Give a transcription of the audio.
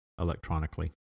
electronically